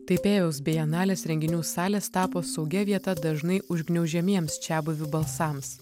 taipėjaus bienalės renginių salės tapo saugia vieta dažnai užgniaužiamiems čiabuvių balsams